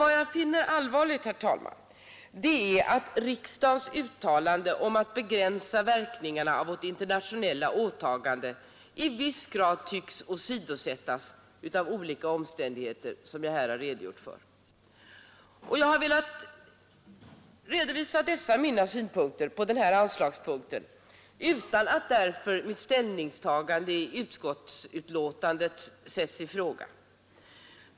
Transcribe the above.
Vad jag finner särskilt allvarligt är emellertid att riksdagens uttalande om att begränsa verkningarna av vårt internationella åtagande i viss grad tycks åsidosättas på grund av olika omständigheter som jag här redogjort för. Herr talman! Jag har velat redovisa mina synpunkter när det gäller detta anslag utan att därför mitt ställningstagande i utskottet sätts i fråga.